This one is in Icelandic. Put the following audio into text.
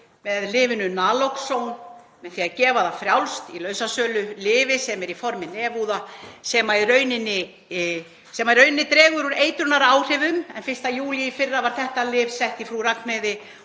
með lyfinu naloxone, með því að gefa það frjálst í lausasölu, lyfi sem er í formi nefúða sem í raun dregur úr eitrunaráhrifum. 1. júlí í fyrra var þetta lyf sett í Frú Ragnheiði